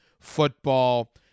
football